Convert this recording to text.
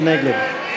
מי נגד?